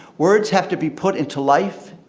words have to be put into life,